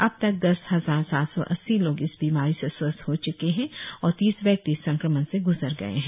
अब तक दस हजार सात सौ अस्सी लोग इस बीमार से स्वस्थ हो च्के है और तीस व्यक्ति इस संक्रमण से ग्जर गए है